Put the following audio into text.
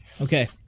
Okay